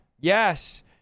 Yes